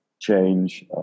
change